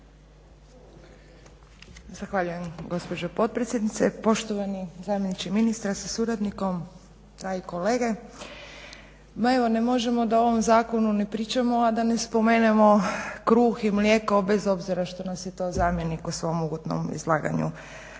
Zahvaljujem gospođo potpredsjednice, poštovani zamjeniče ministra sa suradnikom, a i kolege. Ma evo ne možemo da o ovom zakonu ne pričamo, a da ne spomenemo kruh i mlijeko, bez obzira što nas je to zamjenik u svom uvodnom izlaganju